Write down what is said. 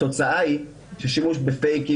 התוצאה היא ששימוש ב"פייקים",